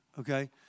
Okay